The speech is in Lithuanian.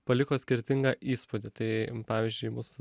paliko skirtingą įspūdį tai pavyzdžiui mūsų